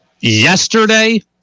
Yesterday